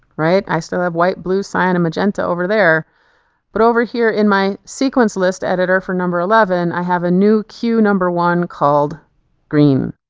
right i still have white, blue, cyan and magenta over there but over here in my sequence list editor for number eleven i have a new cue number one called green.